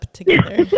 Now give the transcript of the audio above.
together